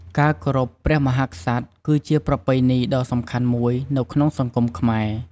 ការគោរពព្រះមហាក្សត្រ គឺជាប្រពៃណីដ៏សំខាន់មួយនៅក្នុងសង្គមខ្មែរ។